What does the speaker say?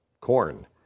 corn